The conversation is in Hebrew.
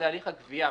זה הליך הגבייה,